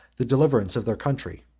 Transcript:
the deliverance of their country.